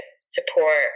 support